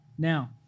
Now